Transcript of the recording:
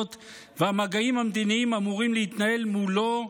והמגעים המדיניים אמורים להתנהל מולו,